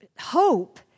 Hope